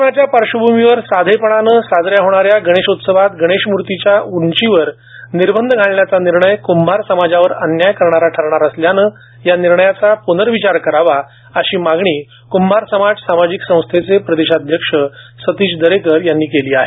कोरोनाच्या पार्श्वभूमीवर यंदा साधेपणानं होणाऱ्या गणेशोत्सवात गणेश मूर्तीच्या उंचीवर निर्बंध घालण्याचा निर्णय कृंभार समाजावर अन्याय करणारा ठरणार असल्यानं या निर्णयाचा पूनर्विचार करावा अशी मागणी क्ंभार समाज सामाजिक संस्थेचे प्रदेशाध्यक्ष सतीश दरेकर यांनी केली आहे